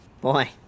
Boy